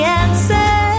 answer